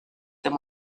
than